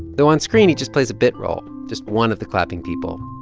though on screen he just plays a bit role, just one of the clapping people.